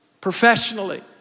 professionally